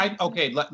Okay